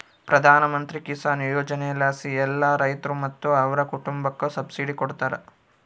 ಪ್ರಧಾನಮಂತ್ರಿ ಕಿಸಾನ್ ಯೋಜನೆಲಾಸಿ ಎಲ್ಲಾ ರೈತ್ರು ಮತ್ತೆ ಅವ್ರ್ ಕುಟುಂಬುಕ್ಕ ಸಬ್ಸಿಡಿ ಕೊಡ್ತಾರ